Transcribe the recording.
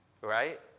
Right